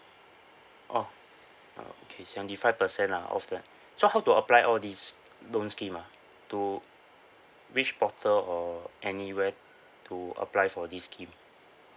oh uh okay seventy five percent ah off the so how to apply all these loan scheme ah to which portal or anywhere to apply for this scheme